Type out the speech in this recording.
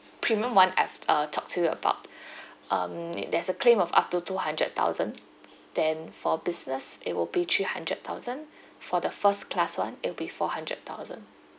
premium [one] I've uh talked to you about um nee~ there's a claim of up to two hundred thousand then for business it will be three hundred thousand for the first class [one] it will be four hundred thousand